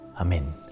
Amen